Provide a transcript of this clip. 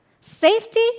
Safety